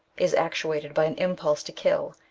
is actuated by an impulse to kill,